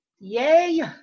Yay